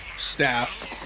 staff